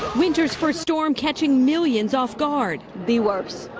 winter's first storm catching millions off guard. the worst.